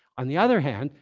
on the other hand,